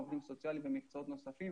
עובדים סוציאליים ומקצועות נוספים